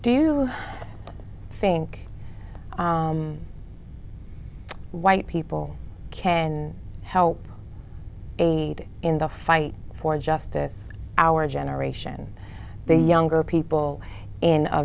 do you think white people can help in the fight for justice our generation the younger people in a